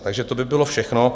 Takže to by bylo všechno.